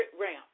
ramp